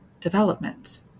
development